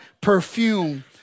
perfume